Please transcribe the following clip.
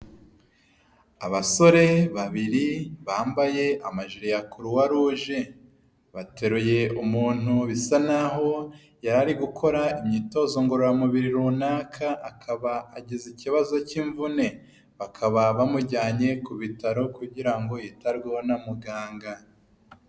Abasore babiri bambaye amajiri ya kuruwa ruje, bateruye umuntu bisa naho yari ari gukora imyitozo ngororamubiri runaka akaba agize ikibazo cy'imvune, bakaba bamujyanye ku bitaro kugira ngo yitabweho na muganga.